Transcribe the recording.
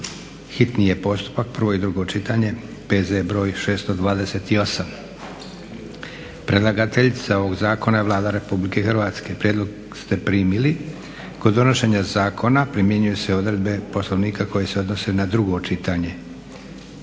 hitni postupak, prvo i drugo čitanje, PZ br. 628 Predlagateljica zakona je Vlada Republike Hrvatske. Prijedlog ste primili. Kod donošenja zakona primjenjuju se odredbe Poslovnika koje se odnose na drugo čitanje,